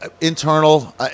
Internal